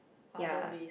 ya